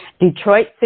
Detroit